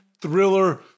thriller